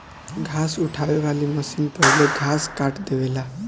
घास उठावे वाली मशीन पहिले घास काट देवेला